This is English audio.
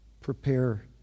prepare